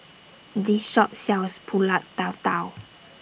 This Shop sells Pulut Tatal